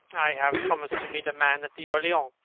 i have promised to meet a man at the orleans.